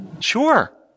Sure